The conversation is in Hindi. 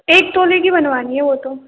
एक तोले की बनवानी है वो तो